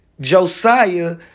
Josiah